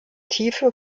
tiefe